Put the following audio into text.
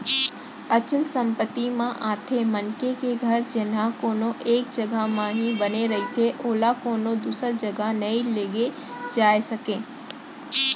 अचल संपत्ति म आथे मनखे के घर जेनहा कोनो एक जघा म ही बने रहिथे ओला कोनो दूसर जघा नइ लेगे जाय सकय